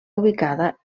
ubicada